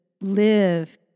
live